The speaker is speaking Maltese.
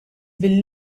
bil